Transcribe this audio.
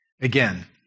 Again